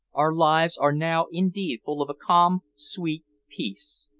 our lives are now indeed full of a calm, sweet peace.